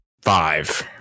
five